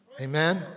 amen